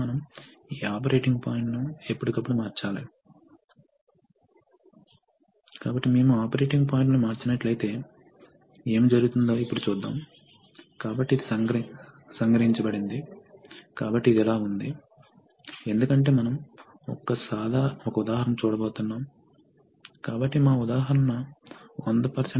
మనకు direction control valves మరియు actuator ఉన్నాయి మరియు మనకు సహజంగా కనెక్టింగ్ ట్యూబింగ్ మరియు ఫిల్టర్లు వంటి ఉపకరణాలు అవసరం